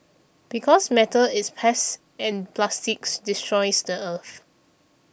because metal is passe and plastics destroys the earth